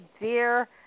Dear